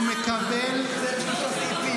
--- 3.4,